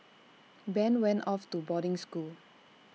Ben went off to boarding school